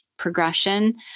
Progression